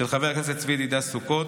של חבר הכנסת צבי ידידיה סוכות.